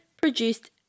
produced